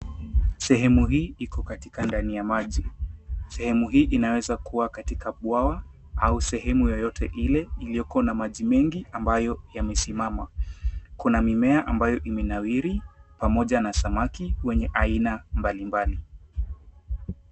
Sehemu hii iko katika ndani ya maji. Sehemu hii inaweza kuwa katika bwawa au sehemu yoyote ile iliyoko na maji mengi ambayo yamesimama. Kuna mimea ambayo imenawiri pamoja na samaki aina mbalimbali.